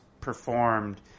performed